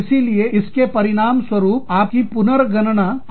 इसीलिए इसके परिणामस्वरूप आपकी पुनर्गणना है